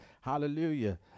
Hallelujah